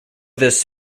this